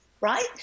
right